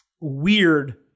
weird